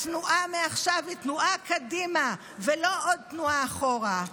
התנועה מעכשיו היא תנועה קדימה ולא עוד תנועה אחורה.